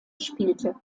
spielte